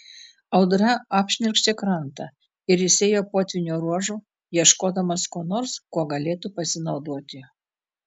audra apšnerkštė krantą ir jis ėjo potvynio ruožu ieškodamas ko nors kuo galėtų pasinaudoti